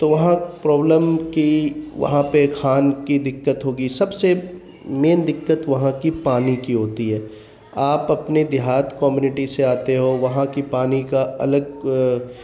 تو وہاں پرابلم کی وہاں پہ کھان کی دقت ہوگی سب سے مین دقت وہاں کی پانی کی ہوتی ہے آپ اپنے دیہات کمیونٹی سے آتے ہو وہاں کی پانی کا الگ